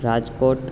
Rajkot